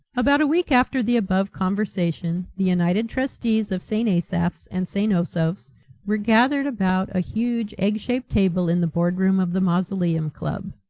about a week after the above conversation the united trustees of st. asaph's and st. osoph's were gathered about a huge egg-shaped table in the board room of the mausoleum club.